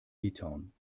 litauen